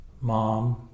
Mom